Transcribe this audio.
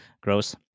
gross